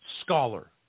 scholar